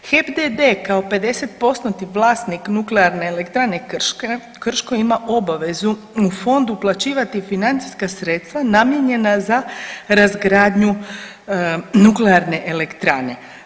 HEP d.d. kao 50%-tni vlasnik Nuklearne elektrane Krško ima obavezu u fond uplaćivati financijska sredstva namijenjena za razgradnju nuklearne elektrane.